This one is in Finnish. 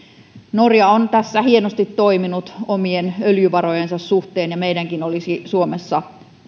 norja on tässä hienosti toiminut omien öljyvarojensa suhteen ja meidänkin olisi suomessa